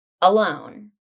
alone